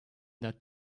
that